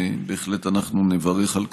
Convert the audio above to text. בהחלט נברך על כך.